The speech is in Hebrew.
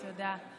תודה.